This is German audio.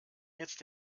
jetzt